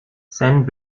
send